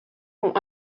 ont